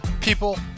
people